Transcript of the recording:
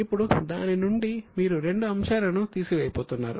ఇప్పుడు దాని నుండి మీరు రెండు అంశాలను తీసివేయబోతున్నారు